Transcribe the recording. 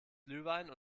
glühwein